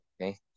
Okay